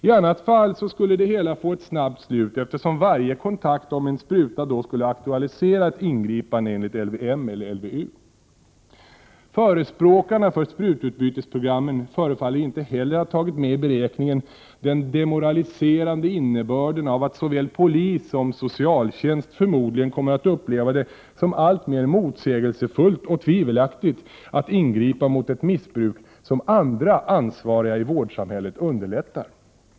I annat fall skulle det hela få ett snabbt slut, eftersom varje kontakt om en spruta då skulle aktualisera ett ingripande enligt LVM eller LVU. Förespråkarna för sprututbytesprogrammen förefaller inte heller ha tagit med i beräkningen den demoraliserande innebörden av att såväl polis som socialtjänst förmodligen kommer att uppleva det som alltmer motsägelsefullt och tvivelaktigt att ingripa mot ett missbruk som andra ansvariga i vårdsamhället underlättar.